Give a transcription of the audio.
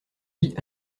vie